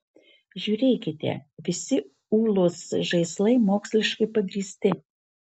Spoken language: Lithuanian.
žiūrėkite visi ūlos žaislai moksliškai pagrįsti